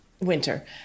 winter